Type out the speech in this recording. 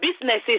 businesses